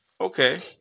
Okay